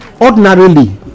ordinarily